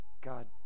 God